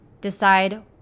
Decide